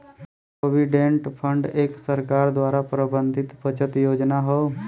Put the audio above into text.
provident fund एक सरकार द्वारा प्रबंधित बचत योजना हौ